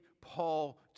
Paul